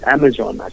Amazon